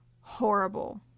horrible